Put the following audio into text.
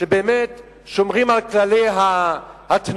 שבאמת שומרים על כללי התנועה